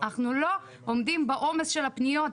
אנחנו לא עומדים בעומס של הפניות.